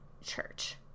church